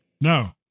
No